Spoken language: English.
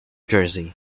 jersey